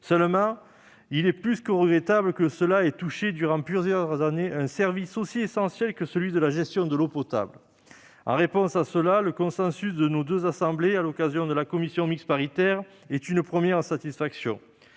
Cependant, il est plus que regrettable que cela ait touché durant plusieurs années un service aussi essentiel que celui de la gestion de l'eau potable. En réponse à une telle situation, le consensus de nos deux assemblées dans le cadre de la commission mixte paritaire est une première satisfaction.